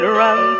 run